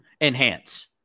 Enhance